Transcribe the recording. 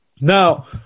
Now